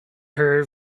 her